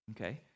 Okay